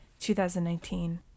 2019